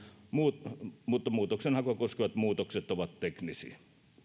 mutta mutta muutoksenhakua koskevat muutokset ovat teknisiä